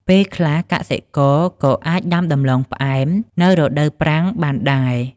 ពេលខ្លះកសិករក៏អាចដាំដំឡូងផ្អែមនៅរដូវប្រាំងបានដែរ។